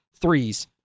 threes